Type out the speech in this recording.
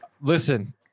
Listen